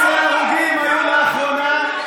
19 הרוגים היו לאחרונה,